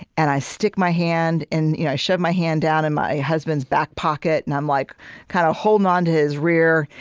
and i stick my hand you know i shove my hand down in my husband's back pocket, and i'm like kind of holding onto his rear,